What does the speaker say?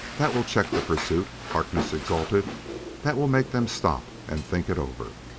that will check the pursuit, harkness exulted that will make them stop and think it over.